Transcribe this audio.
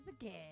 again